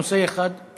יש נושא אחד שירד.